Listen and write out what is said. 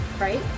right